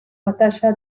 batalla